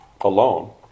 alone